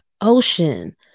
ocean